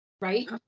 right